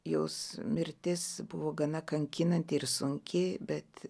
jos mirtis buvo gana kankinanti ir sunki bet